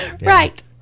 right